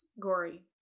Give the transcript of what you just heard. gory